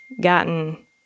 gotten